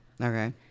Okay